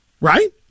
Right